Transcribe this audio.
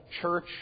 church